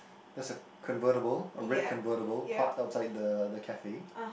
there's a convertible a red convertible park outside the the cafe